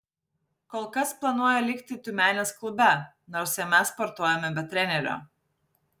kol kas planuoju likti tiumenės klube nors jame sportuojame be trenerio